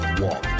walk